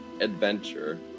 adventure